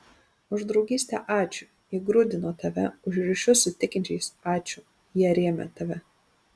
už draugystę ačiū ji grūdino tave už ryšius su tikinčiais ačiū jie rėmė tave